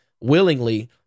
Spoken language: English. willingly